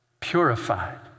purified